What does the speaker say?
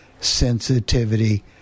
sensitivity